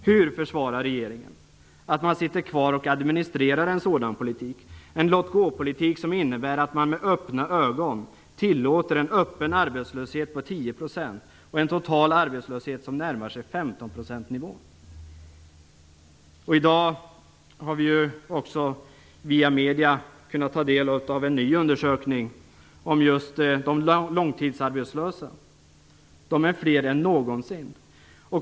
Hur försvarar regeringen att man sitter kvar och administrerar en sådan politik, en låtgåpolitik som innebär att man med öppna ögon tillåter en öppen arbetslöshet på 10 % och en total arbetslöshet som närmar sig 15-procentsnivån? I dag har vi också via medier kunnat ta del av en ny undersökning om just de långtidsarbetslösa. De är fler än någonsin.